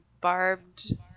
barbed